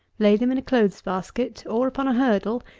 lay them in a clothes-basket, or upon a hurdle,